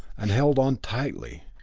and held on tightly.